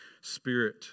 spirit